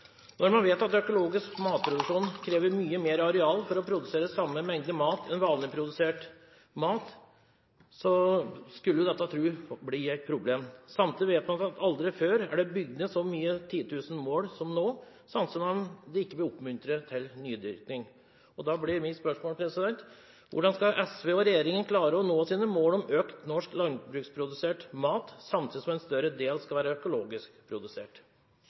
Når man vet at økologisk matproduksjon krever mye mer areal for å produsere samme mengde mat som vanlig produsert mat, skulle man tro dette ble et problem. Samtidig vet man at aldri før er det bygd ned så mange titusener mål som nå, samtidig som man ikke oppmuntrer til nydyrking. Da blir mitt spørsmål: Hvordan skal SV og regjeringen klare å nå sine mål om økt norsk landbruksprodusert mat, samtidig som en større del skal være økologisk produsert?